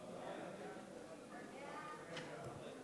ההצעה להעביר את הצעת חוק השתלת אברים